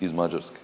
Iz Mađarske,